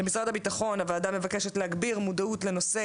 למשרד הביטחון הוועדה מבקשת להגביר מודעות לנושא